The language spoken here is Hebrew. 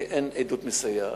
כי אין עדות מסייעת.